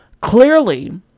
clearly